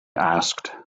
asked